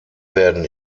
werden